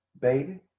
baby